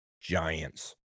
giants